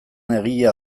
egile